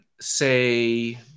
say